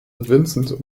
vincent